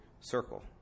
circle